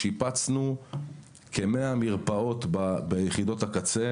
שיפצנו כ-100 מרפאות ביחידות הקצה,